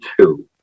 two